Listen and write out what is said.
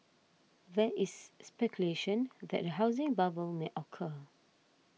there is speculation that a housing bubble may occur